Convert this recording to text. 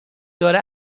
داره